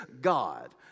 God